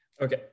Okay